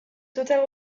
totale